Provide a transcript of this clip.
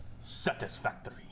satisfactory